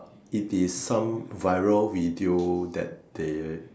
it is some viral video that they